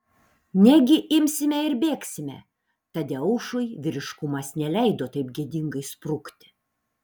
negi imsime ir bėgsime tadeušui vyriškumas neleido taip gėdingai sprukti